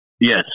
Yes